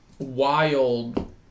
Wild